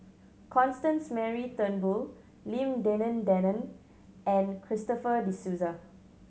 Constance Mary Turnbull Lim Denan Denon and Christopher De Souza